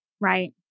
Right